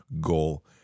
goal